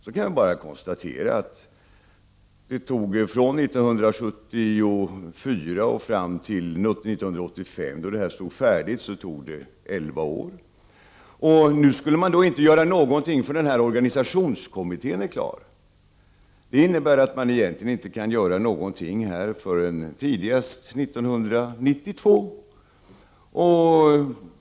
Det tog 11 år innan det här stod färdigt — från 1974 till 1985. Nu skall man inte göra någonting innan organisationskommittén är klar. Det innebär att man egentligen inte kan göra något förrän tidigast år 1992.